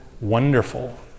wonderful